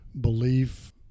belief